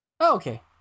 Okay